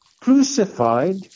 crucified